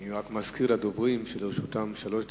אני רק מזכיר לדוברים שלרשותם שלוש דקות.